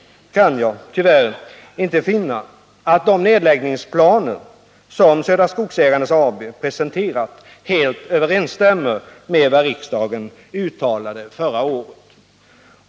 Jag kan emellertid inte finna att de nedläggningsplaner som Södra Skogsägarna AB planerat helt överensstämmer med vad riksdagen uttalade förra året.